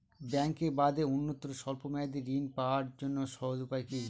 ব্যাঙ্কে বাদে অন্যত্র স্বল্প মেয়াদি ঋণ পাওয়ার জন্য সহজ উপায় কি?